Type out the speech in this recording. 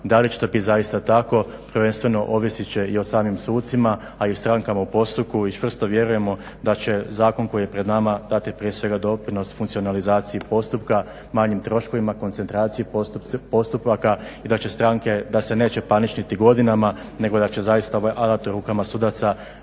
Da li će to zaista biti tako, prvenstveno će ovisiti o samim sucima a i o strankama u postupku i čvrsto vjerujemo da će zakon koji je pred nama dati prije svega doprinos funkcionalizaciji postupka, manjim troškovima, koncentraciji postupaka i da se stranke neće parničiti godinama nego da će zaista ovaj alat u rukama sudaca